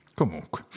comunque